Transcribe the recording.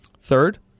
Third